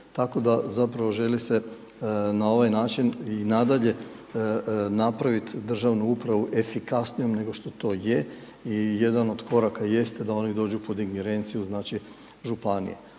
Tako da, zapravo želi se na ovaj način i nadalje napraviti državnu upravu efikasnijom nego što to je i jedan od koraka jeste da oni dođu pod ingerenciju znači županija.